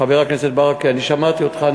חבר הכנסת ברכה, אני שמעתי אותך.